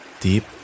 Deep